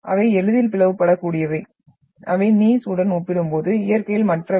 அவை எளிதில் பிளவுபடக்கூடியவை அவை நீய்ஸ் உடன் ஒப்பிடும்போது இயற்கையில் மற்றவை